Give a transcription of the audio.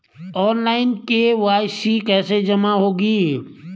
Online KYC कैसे जमा होगी?